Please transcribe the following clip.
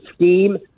scheme